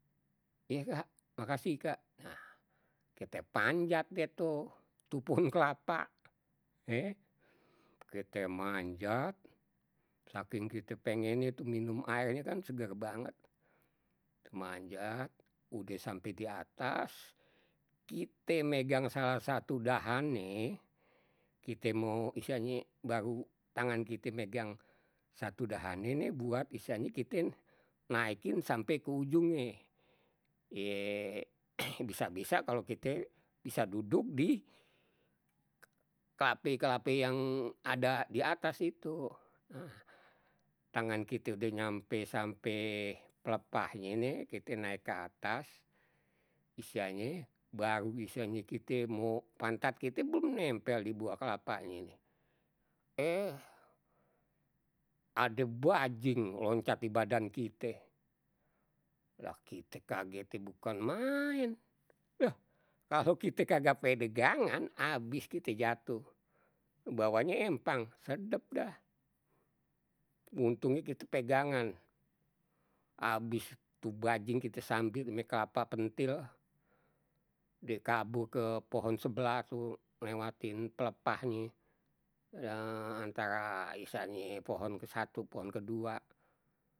Ya kak, makasih kak. Nah, kite panjat deh tuh, tu puhun kelapa ye. Kite manjat, saking kite pengennye tu minum airnye kan seger banget. Manjat, udeh sampai di atas, kita megang salah satu dahan nih, kite mau, istilahnye baru tangan kite megang satu dahannye nih buat istilahnye kite naikin sampai ke ujungnye. Ye bisa- bisa kalau kita bisa duduk di kelapa- kelapa yang ada di atas itu. Tangan kita udah nyampe sampe pelepahnya nih, kita naik ke atas, istilahnye baru istilahnye kite mau, pantat kita belum nempel di buah kelapanye ni, eh, ada bajing loncat di badan kite. Lah, kite kagetnya bukan main, yah kalau kite kagak pegangan, habis kite jatuh, bawahnye empang, sedep dah. Untungnya kita pegangan, habis tu bajing kita sambit ame kelapa pentil. Die kabur ke pohon sebelah tuh, lewatin pelepahnye. Ya antara isalnye pohon ke satu, pohon ke dua.